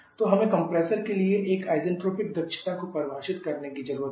तो हमें कंप्रेसर के लिए एक isentropic दक्षता को परिभाषित करने की जरूरत है